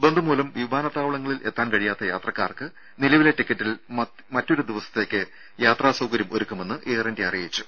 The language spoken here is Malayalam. ബന്ദ് മൂലം വിമാനത്താവളങ്ങളിൽ എത്താൻ കഴിയാത്ത യാത്രക്കാർക്ക് നിലവിലെ ടിക്കറ്റിൽ മറ്റൊരു ദിവസത്തേക്ക് യാത്രാ സൌകര്യം ഒരുക്കുമെന്ന് എയർ ഇന്ത്യ അറിയിച്ചു